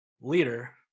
leader